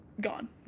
gone